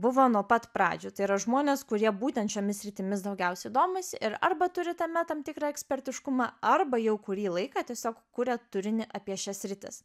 buvo nuo pat pradžių tai yra žmonės kurie būtent šiomis sritimis daugiausiai domisi ir arba turi tame tam tikrą ekspertiškumą arba jau kurį laiką tiesiog kuria turinį apie šias sritis